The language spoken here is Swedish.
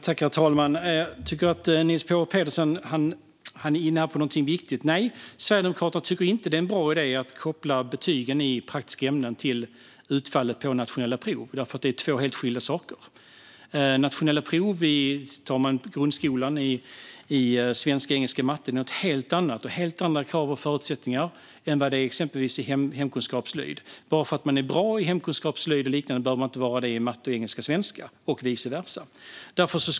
Herr talman! Jag tycker att Niels Paarup-Petersen är inne på något viktigt. Nej, Sverigedemokraterna tycker inte att det är en bra idé att koppla betygen i praktiska ämnen till utfallet av nationella prov, för det är två helt skilda saker. Nationella prov i grundskolan i svenska, engelska och matte är något helt annat. Det är helt andra krav och förutsättningar än i till exempel hemkunskap och slöjd. Bara för att man är bra i hemkunskap, slöjd och liknande behöver man inte vara det i matte, engelska och svenska, och vice versa.